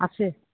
আছে